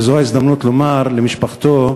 וזו ההזדמנות לומר למשפחתו: